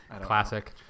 Classic